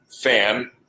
fan